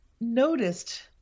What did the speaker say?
noticed